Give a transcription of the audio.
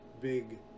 big